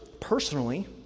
personally